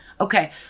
Okay